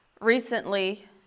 recently